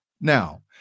Now